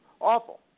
awful